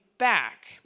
Back